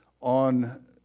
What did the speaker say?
on